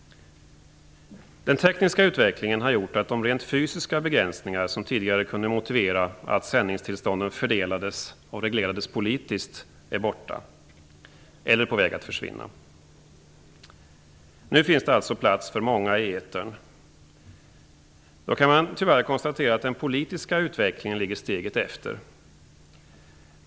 Den tekniska utvecklingen har gjort att de rent fysiska begränsningar som tidigare kunde motivera att sändningstillstånden fördelades och reglerades politiskt är borta eller på väg att försvinna. Nu finns det alltså plats för många i etern. Man kan tyvärr konstatera att den politiska utvecklingen ligger steget efter.